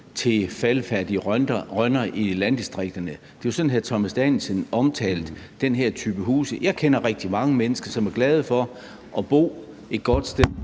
rimelig måde at beskrive det på. Det var jo sådan, hr. Thomas Danielsen omtalte den her type huse. Jeg kender rigtig mange mennesker, som er glade for at bo et godt sted